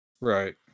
Right